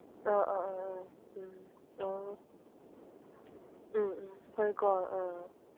ꯑ ꯑ ꯑ ꯑ ꯎꯝ ꯑꯣ ꯎꯝ ꯎꯝ ꯍꯣꯏꯀꯣ ꯑ